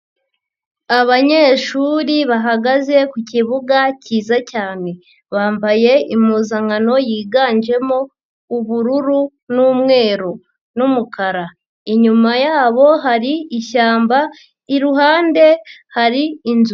Abanyeshuri bahagaze ku kibuga cyiza cyane, bambaye impuzankano yiganjemo ubururu n'umweru n'umukara, inyuma yabo hari ishyamba iruhande hari inzu.